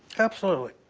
absolutely.